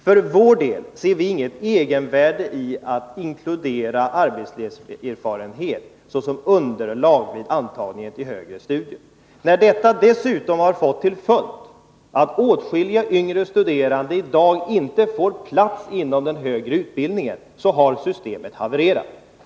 För vår del ser vi inget egenvärde i att inkludera arbetslivserfarenhet såsom underlag vid antagningen till högre studier. Detta har redan fått till följd att åtskilliga yngre studerande i dag inte får plats inom den högre utbildningen. Systemet har havererat.